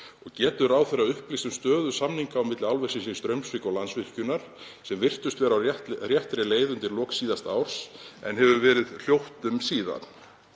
Og getur ráðherra upplýst um stöðu samninga á milli álversins í Straumsvík og Landsvirkjunar sem virtust vera á réttri leið undir lok síðasta árs en hefur verið hljótt um síðan?